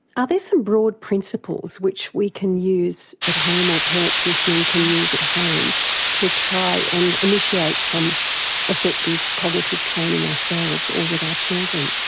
are there some broad principles which we can use at home, or parents listening can use at home to try and initiate some effective cognitive training ourselves or with our children?